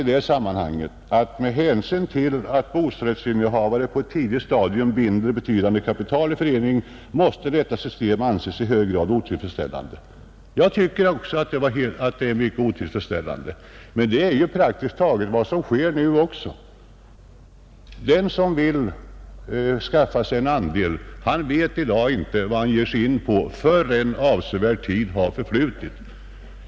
Om detta säger man: ”Med hänsyn till att bostadsrättsinnehavarna på ett tidigt stadium binder betydande kapital i föreningen måste detta system anses i hög grad otillfredsställande.” Även jag tycker att det är mycket otillfredsställande, men detta är praktiskt taget vad som sker nu. Den som vill skaffa sig en andel i en bostadsrättsförening vet i dag inte vad han ger sig in på, i varje fall inte förrän efter avsevärd tid.